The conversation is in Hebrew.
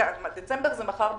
דצמבר זה מחר בבוקר.